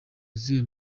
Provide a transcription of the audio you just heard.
izihe